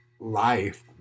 Life